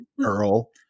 Earl